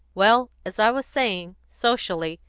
well, as i was saying, socially,